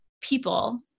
people